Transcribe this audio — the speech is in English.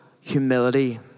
humility